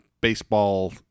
baseball